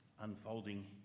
unfolding